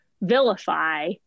vilify